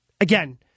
Again